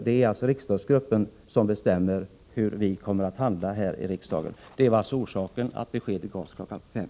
Det är riksdagsgruppen som bestämmer hur vi handlar här i riksdagen. Det var orsaken till att beskedet kom kl. 5.